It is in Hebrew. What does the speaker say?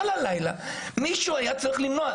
כל הלילה מישהו היה צריך למנוע,